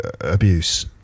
abuse